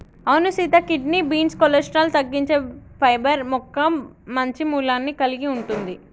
అవును సీత kidney beans cholesterol తగ్గించే పైబర్ మొక్క మంచి మూలాన్ని కలిగి ఉంటుంది